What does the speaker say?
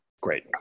Great